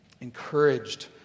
encouraged